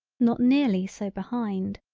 not nearly so behind.